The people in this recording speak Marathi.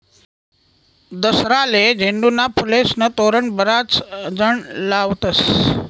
दसराले झेंडूना फुलेस्नं तोरण बराच जण लावतस